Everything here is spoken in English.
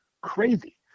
crazy